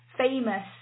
famous